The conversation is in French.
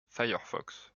firefox